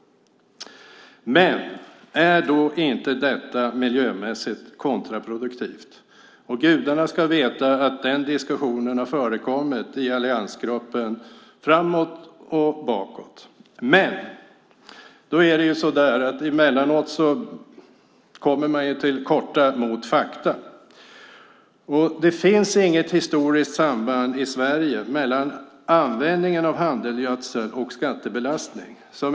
Är då inte detta miljömässigt kontraproduktivt? Gudarna ska veta att den diskussionen har förekommit i alliansgruppen. Men emellanåt kommer man till korta mot fakta. För det första finns det inget historiskt samband i Sverige mellan användningen av handelsgödsel och skattebelastning.